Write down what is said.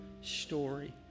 story